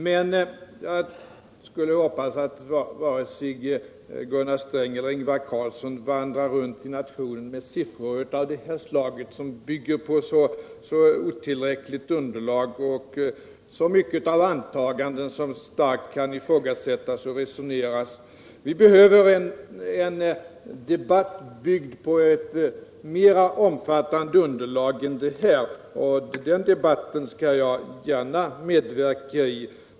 Men jag hoppas att varken Gunnar Sträng eller Ingvar Carlsson vandrar runt i landet med siffror av det här slaget, eftersom de bygger på ett så otillräckligt underlag och på antaganden som starkt kan ifrågasättas. Vi behöver en debatt, byggd på ett mera omfattande underlag än detta, och den debatten skall jag gärna medverka i.